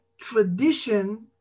tradition